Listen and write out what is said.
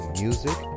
music